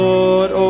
Lord